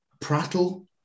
Prattle